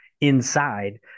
inside